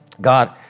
God